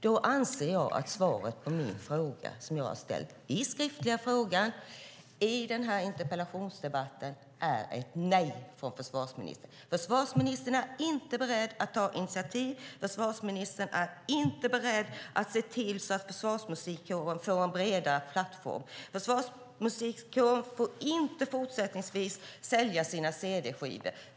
Jag anser därmed att svaret på den fråga jag har ställt i min skriftliga fråga och i denna interpellationsdebatt är: Nej, försvarsministern är inte beredd att ta något initiativ. Försvarsministern är inte beredd att se till att försvarsmusiken får en bredare plattform. Försvarsmusiken får fortsättningsvis inte sälja sina cd-skivor.